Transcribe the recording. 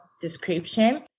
description